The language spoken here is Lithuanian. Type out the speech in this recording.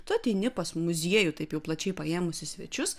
tu ateini pas muziejų taip jau plačiai paėmus į svečius